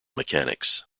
mechanics